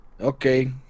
okay